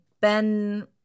Ben